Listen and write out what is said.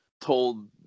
told